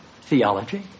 Theology